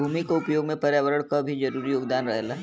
भूमि क उपयोग में पर्यावरण क भी जरूरी योगदान रहेला